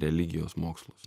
religijos mokslus